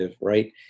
right